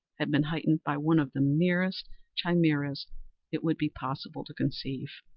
had been heightened by one of the merest chimaeras it would be possible to conceive.